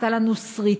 עשתה לנו סריטה,